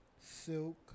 Silk